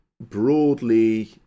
broadly